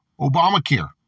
Obamacare